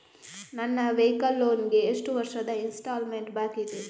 ನನ್ನ vehicle loan ಗೆ ಎಷ್ಟು ವರ್ಷದ ಇನ್ಸ್ಟಾಲ್ಮೆಂಟ್ ಬಾಕಿ ಇದೆ?